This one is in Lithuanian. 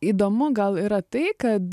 įdomu gal yra tai kad